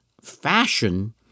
fashion